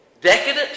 decadent